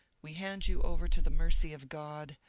we hand you over to the mercy of god,